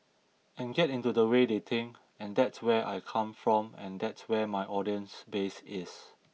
and get into the way they think and that's where I come from and that's where my audience base is